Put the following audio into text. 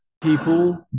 people